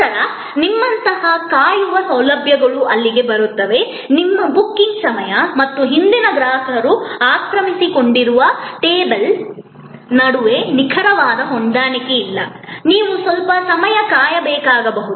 ನಂತರ ನಿಮ್ಮಂತಹ ಕಾಯುವ ಸೌಲಭ್ಯಗಳು ಅಲ್ಲಿಗೆ ಬರುತ್ತವೆ ನಿಮ್ಮ ಬುಕಿಂಗ್ ಸಮಯ ಮತ್ತು ಹಿಂದಿನ ಗ್ರಾಹಕರು ಆಕ್ರಮಿಸಿಕೊಂಡಿರುವ ಟೇಬಲ್ ನಡುವೆ ನಿಖರವಾದ ಹೊಂದಾಣಿಕೆ ಇಲ್ಲ ನೀವು ಸ್ವಲ್ಪ ಸಮಯ ಕಾಯಬೇಕಾಗಬಹುದು